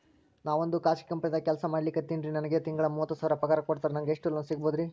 ನಾವೊಂದು ಖಾಸಗಿ ಕಂಪನಿದಾಗ ಕೆಲ್ಸ ಮಾಡ್ಲಿಕತ್ತಿನ್ರಿ, ನನಗೆ ತಿಂಗಳ ಮೂವತ್ತು ಸಾವಿರ ಪಗಾರ್ ಕೊಡ್ತಾರ, ನಂಗ್ ಎಷ್ಟು ಲೋನ್ ಸಿಗಬೋದ ರಿ?